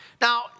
Now